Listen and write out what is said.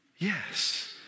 Yes